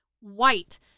White